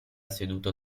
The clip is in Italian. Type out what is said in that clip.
seduto